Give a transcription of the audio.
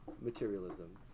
materialism